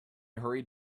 hurried